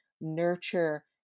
nurture